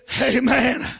Amen